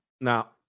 Now